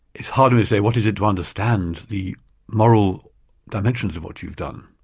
it's harder to say, what is it to understand the moral dimensions of what you've done?